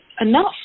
enough